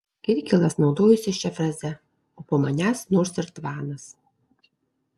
kirkilas naudojosi šia fraze o po manęs nors ir tvanas